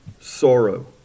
Sorrow